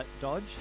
dodge